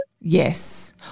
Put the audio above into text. Yes